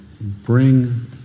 bring